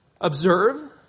observe